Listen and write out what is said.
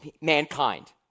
mankind